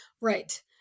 Right